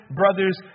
brothers